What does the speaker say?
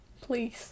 please